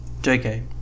Jk